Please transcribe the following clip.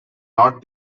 not